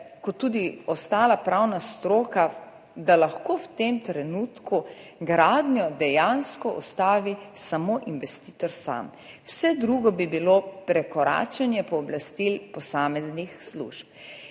kot tudi ostala pravna stroka, lahko gradnjo ustavi dejansko samo investitor sam, vse drugo bi bilo prekoračenje pooblastil posameznih služb.